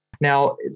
Now